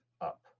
up